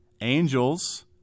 angels